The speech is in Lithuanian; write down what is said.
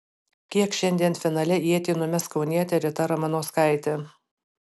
kiek šiandien finale ietį numes kaunietė rita ramanauskaitė